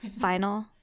vinyl